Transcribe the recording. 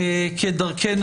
כדרכנו,